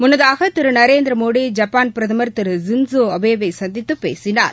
முன்னதாக திரு நரேந்திரமோடி ஜப்பான் பிரதமர் திரு ஸின் ஸோ அபேவை சந்தித்து பேசினார்